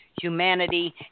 humanity